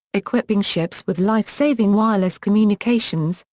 equipping ships with life saving wireless communications,